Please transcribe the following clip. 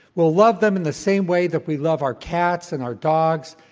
we'll love them in the same way that we love our cats and our dogs,